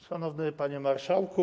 Szanowny Panie Marszałku!